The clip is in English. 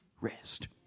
rest